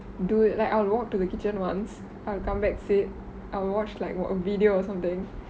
do like I would walk to kitchen once I'll come back sit I'll watch like a video or something